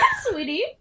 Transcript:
sweetie